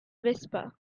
whisper